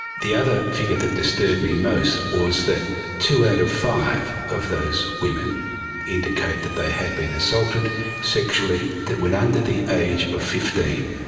the other figure that disturbed me most was that two out of five of those women indicate that they had been assaulted sexually when under the age of fifteen.